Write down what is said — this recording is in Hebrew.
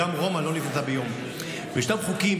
וישנם חוקים,